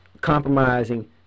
Compromising